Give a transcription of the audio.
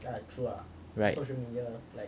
right